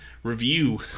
review